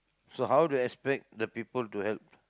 so how do you expect the people to help